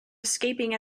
escaping